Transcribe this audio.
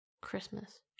christmas